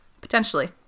Potentially